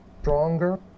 stronger